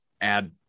add